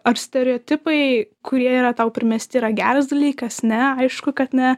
ar stereotipai kurie yra tau primesti yra geras dalykas ne aišku kad ne